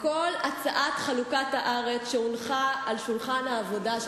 כל הצעת חלוקת הארץ שהונחה על שולחן העבודה של